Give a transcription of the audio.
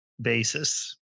basis